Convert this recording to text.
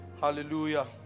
Hallelujah